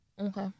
Okay